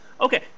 Okay